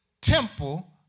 temple